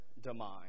demise